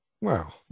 Wow